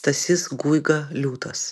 stasys guiga liūtas